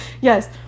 Yes